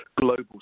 global